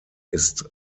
ist